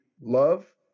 Love